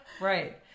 right